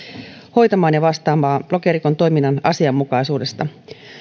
hoitamaan ja vastaamaan lokerikon toiminnan asianmukaisuudesta